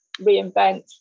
reinvent